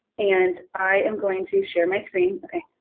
and i am going to share my screen. okay,